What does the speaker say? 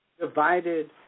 divided